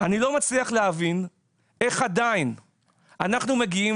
לא מצליח להבין איך עדייו אנחנו מגיעים